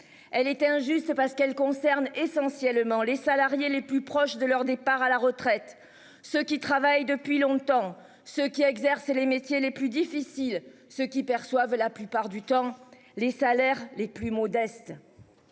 Elle était injuste parce qu'elle concerne essentiellement les salariés les plus proches de leur départ à la retraite, ceux qui travaillent depuis longtemps ce qu'il a exercé les métiers les plus difficiles, ceux qui perçoivent la plupart du temps les salaires les plus modestes.